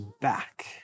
back